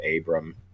Abram